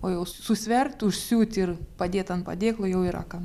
o jau su susvert užsiūt ir padėt ant padėklo jau yra ką